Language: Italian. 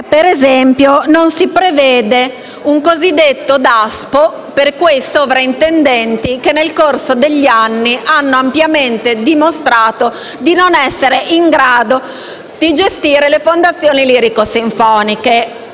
per esempio, non si prevede una sorta di Daspo per i sovrintendenti che nel corso degli anni hanno ampiamente dimostrato di non essere in grado di gestire le fondazioni lirico-sinfoniche.